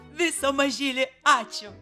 viso mažyli ačiū